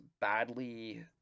badly